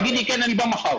תגיד לי כן אני בא מחר.